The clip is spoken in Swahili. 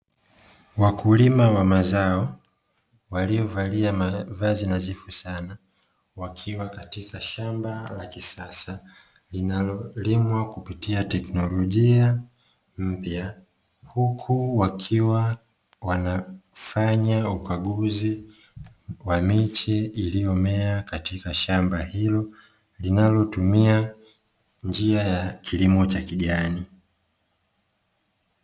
Wakulima wa mazao waliyovalia mavazi nadhifu sana wakiwa katika shamba la kisasa linalolimwa kupitia teknolojia mpya huku wakiwa wanafanya ukaguzi wa miche iliyomea katika shamba hilo linalotumia njia ya kilimo cha kijani.